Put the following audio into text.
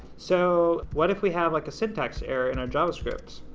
so what if we have like a syntax error in our javascript?